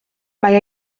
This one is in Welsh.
mae